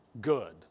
good